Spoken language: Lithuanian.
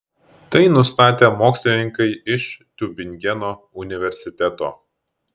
tai nustatė mokslininkai iš tiubingeno universiteto